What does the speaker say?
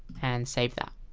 and save that